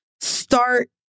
start